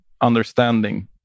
understanding